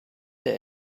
der